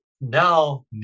now